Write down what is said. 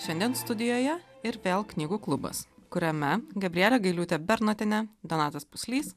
šiandien studijoje ir vėl knygų klubas kuriame gabrielė gailiūtė bernotienė donatas puslys